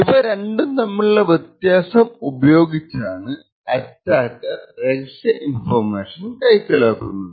ഇവരണ്ടും തമ്മിലുള്ള വ്യത്യാസം ഉപയോഗിച്ചാണ് അറ്റാക്കർ രഹസ്യ ഇൻഫർമേഷൻ കൈക്കലാക്കുന്നത്